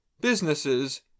businesses